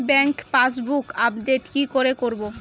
Bank passbook update কি করে করবো?